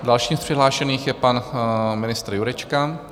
Dalším z přihlášených je pan ministr Jurečka.